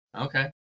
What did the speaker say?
Okay